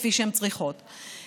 כפי שהן צריכות להיות.